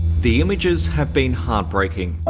the images have been heartbreaking.